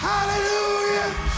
Hallelujah